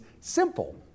simple